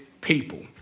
people